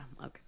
okay